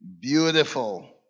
Beautiful